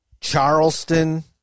Charleston